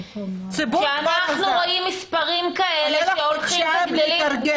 כשאנחנו רואים מספרים כאלה שהולכים וגדלים --- אפשר לפרגן.